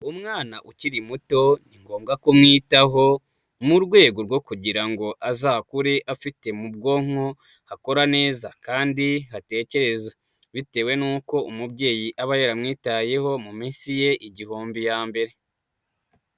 Umwana ukiri muto ni ngombwa kumwitaho, mu rwego rwo kugira ngo azakure afite mu bwonko, hakora neza kandi hatekereza, bitewe n'uko umubyeyi aba yamwitayeho, mu minsi ye igihumbi ya mbere.